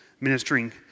ministering